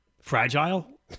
Fragile